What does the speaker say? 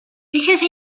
because